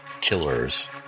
killers